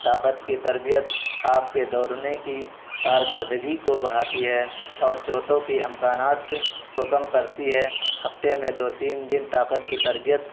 طاقت کی تربیت آپ کے دوڑنے کی کارکردگی کو بڑھاتی ہے اور چوٹوں کی امکانات کو کم کرتی ہے ہفتے میں دو تین دن طاقت کی تربیت